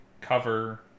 cover